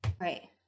Right